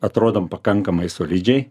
atrodom pakankamai solidžiai